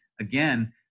again